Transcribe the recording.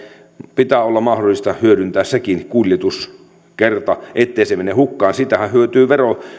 pitää olla mahdollista hyödyntää sekin kuljetuskerta ettei se mene hukkaan siitähän hyötyvät